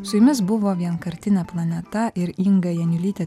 su jumis buvo vienkartinė planeta ir inga janiulytė